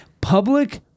public